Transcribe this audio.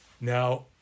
Now